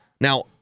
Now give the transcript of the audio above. Now